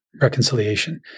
reconciliation